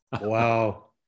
Wow